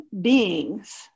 beings